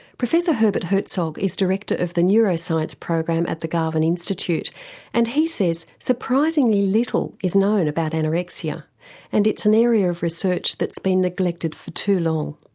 professor herbert herzog is director of the neuroscience program at the garvan institute and he says surprisingly little is known about anorexia and it's an area of research that's been neglected for too long.